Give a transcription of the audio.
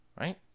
right